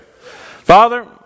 Father